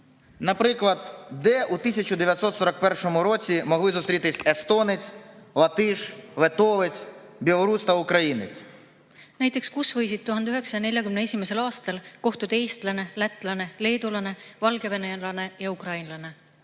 Näiteks kus võisid 1941. aastal kohtuda eestlane, lätlane, leedulane, valgevenelane ja ukrainlane?